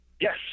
Yes